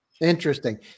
interesting